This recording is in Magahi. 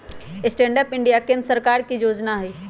स्टैंड अप इंडिया केंद्र सरकार के जोजना हइ